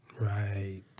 Right